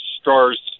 Star's